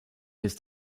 his